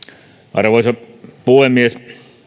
arvoisa puhemies